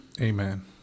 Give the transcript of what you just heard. Amen